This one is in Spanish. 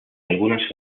algunas